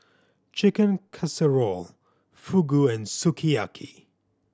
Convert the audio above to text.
Chicken Casserole Fugu and Sukiyaki